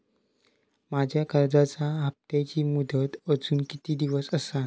माझ्या कर्जाचा हप्ताची मुदत अजून किती दिवस असा?